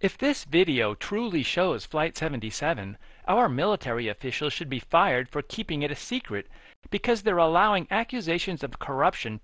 if this video truly shows flight seventy seven our military officials should be fired for keeping it a secret because they're allowing accusations of corruption